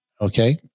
Okay